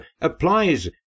applies